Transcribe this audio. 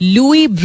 Louis